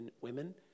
women